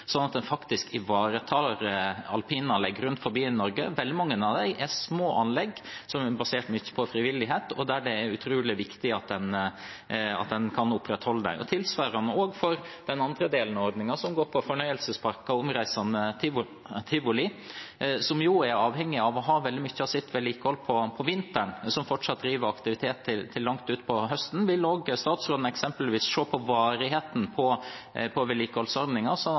sånn at en faktisk ivaretar alpinanleggene rundt omkring i Norge? Veldig mange av dem er små anlegg som er basert på mye frivillighet, og der det er utrolig viktig at en kan opprettholde dette. Tilsvarende for den andre delen av ordningen, som går på fornøyelsesparker og omreisende tivoli, som jo er avhengige av å ha mye av vedlikeholdet om vinteren, og som fortsatt driver aktivitet til langt utpå høsten: Vil statsråden eksempelvis se på varigheten